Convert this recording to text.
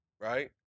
right